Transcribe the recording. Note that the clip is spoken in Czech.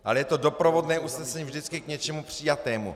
Ale je to doprovodné usnesení vždycky k něčemu přijatému.